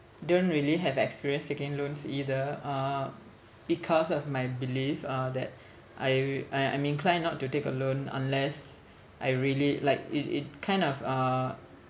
don't really have experience taking loans either uh because of my belief uh that I I I'm inclined not to take a loan unless I really like it it kind of uh